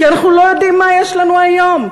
כי אנחנו לא יודעים מה יש לנו היום.